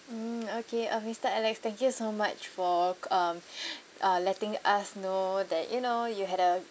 mm okay uh mister alex thank you so much for um uh letting us know that you know you had a